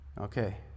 Okay